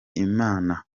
imana